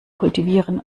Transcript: kultivieren